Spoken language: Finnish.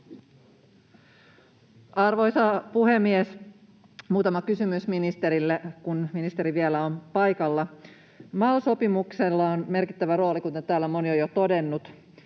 Arvoisa puhemies! Muutama kysymys ministerille, kun ministeri vielä on paikalla. MAL-sopimuksella on merkittävä rooli, kuten täällä moni on jo todennut.